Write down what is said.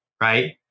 right